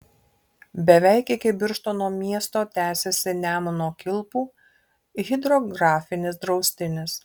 beveik iki birštono miesto tęsiasi nemuno kilpų hidrografinis draustinis